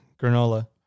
granola